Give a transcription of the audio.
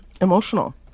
emotional